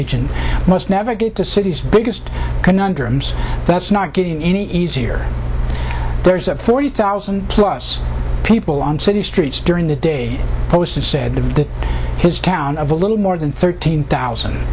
agent must navigate the city's biggest conundrums that's not getting any easier there is that forty thousand plus people on city streets during the day posted said to his town of a little more than thirteen thousand